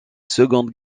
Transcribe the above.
seconde